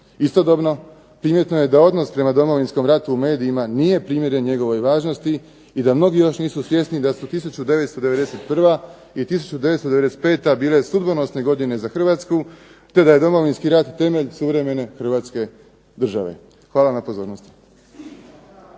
Istodobno, primjetno je da odnos prema Domovinskom ratu u medijima nije primjeren njegovoj važnosti i da mnogi još nisu svjesni da su 1991. i 1995. bile sudbonosne godine za Hrvatsku te da je Domovinski rat temelj suvremene Hrvatske države. Hvala na pozornosti.